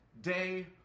day